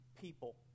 people